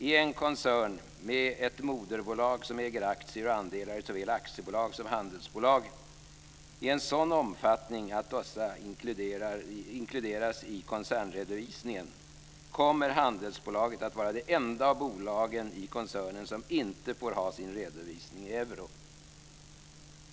I en koncern med ett moderbolag som äger aktier och andelar i såväl aktiebolag som handelsbolag i en sådan omfattning att dessa inkluderas i koncernredovisningen kommer handelsbolaget att vara det enda av bolagen i koncernen som inte får ha sin redovisning i euro.